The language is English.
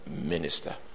minister